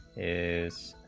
is